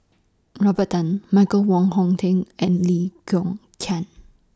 Robert Tan Michael Wong Hong Teng and Lee Kong Chian